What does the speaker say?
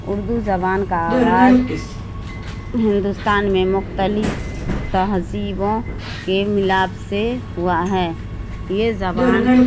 اردو زبان کا آغاز ہندوستان میں مختلف تہذیبوں کے ملاپ سے ہوا ہے یہ زبان